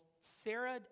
Sarah